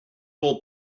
will